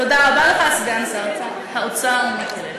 תודה רבה לך, סגן שר האוצר מיקי לוי.